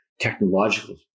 technological